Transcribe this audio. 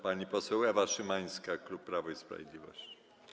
Pani poseł Ewa Szymańska, klub Prawo i Sprawiedliwość.